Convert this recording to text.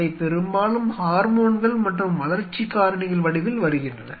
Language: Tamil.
அவை பெரும்பாலும் ஹார்மோன்கள் மற்றும் வளர்ச்சி காரணிகள் வடிவில் வருகின்றன